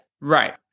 Right